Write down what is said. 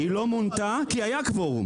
היא לא מונתה כי היה קוורום,